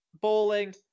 Bowling